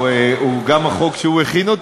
גם החוק שהוא הכין,